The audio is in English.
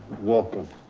welcome.